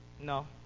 No